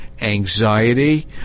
anxiety